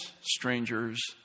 strangers